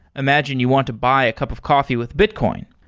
imagine you want to buy a cup of coffee with bitcoin.